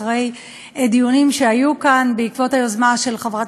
אחרי דיונים שהיו כאן בעקבות היוזמה של חברת